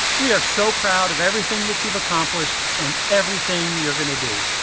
we are so proud of everything that you've accomplished and everything you're going to do.